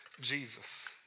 Jesus